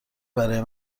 برای